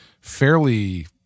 fairly